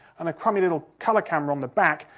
and a crummy little colour camera on the back,